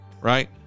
right